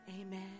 Amen